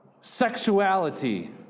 Sexuality